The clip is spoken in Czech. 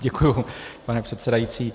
Děkuju, pane předsedající.